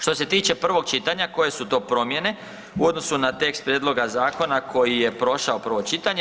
Što se tiče prvog čitanja koje su to promjene u odnosu na tekst prijedloga zakona koji je prošao prvo čitanje.